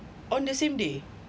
on the same day